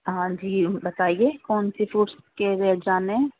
ہاں جی بتائیے کون سے فروٹس کے ریٹ جاننے ہیں